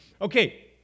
Okay